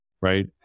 right